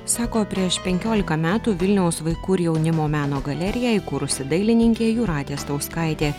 sako prieš penkiolika metų vilniaus vaikų ir jaunimo meno galeriją įkūrusi dailininkė jūratė stauskaitė